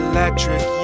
Electric